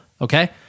Okay